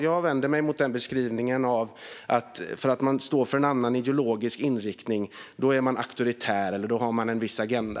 Jag vänder mig mot beskrivningen att bara för att man står för en annan ideologisk inriktning är man auktoritär eller har en viss agenda.